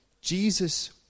Jesus